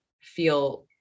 feel